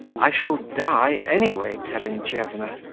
i shall die any way, terentyevna!